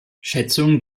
schätzungen